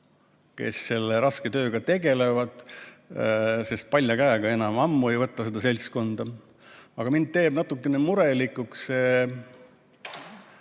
kes selle raske tööga tegelevad, sest palja käega enam ammu ei võta seda seltskonda. Aga mind teeb natuke murelikuks